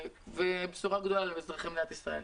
זאת בשורה גדולה לאזרחי מדינת ישראל.